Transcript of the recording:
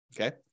Okay